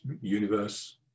universe